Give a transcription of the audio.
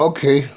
Okay